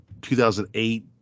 2008